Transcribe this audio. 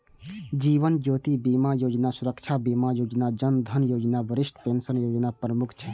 जीवन ज्योति बीमा योजना, सुरक्षा बीमा योजना, जन धन योजना, वरिष्ठ पेंशन योजना प्रमुख छै